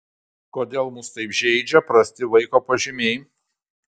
kodėl mus taip žeidžia prasti vaiko pažymiai